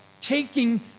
taking